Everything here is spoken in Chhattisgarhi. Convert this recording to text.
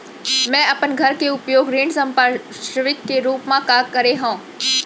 मै अपन घर के उपयोग ऋण संपार्श्विक के रूप मा करे हव